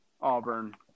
Auburn